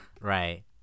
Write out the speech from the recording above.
Right